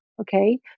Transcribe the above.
Okay